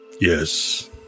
yes